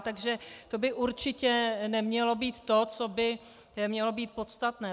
Takže to by určitě nemělo být to, co by mělo být podstatné.